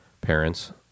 parents